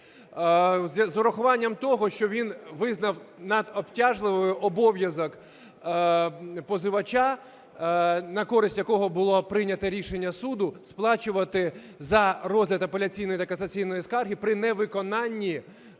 З урахуванням того, що він визнав надобтяжливим обов'язок позивача, на користь якого було прийнято рішення суду, сплачувати за розгляд апеляційної та касаційної скарги при невиконанні